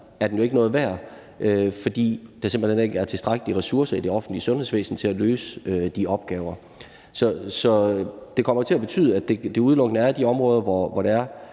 er de jo ikke noget værd, fordi der simpelt hen ikke er tilstrækkelige ressourcer i det offentlige sundhedsvæsen til at løse de opgaver. Det kommer til at betyde, at de udelukkende dækker de områder, hvor der er